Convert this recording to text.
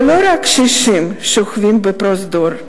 ולא רק קשישים שוכבים בפרוזדור,